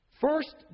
First